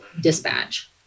dispatch